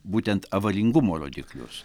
būtent avaringumo rodiklius